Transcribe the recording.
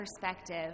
perspective